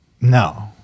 No